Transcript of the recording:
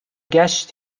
ﮔﺸﺘﯿﻢ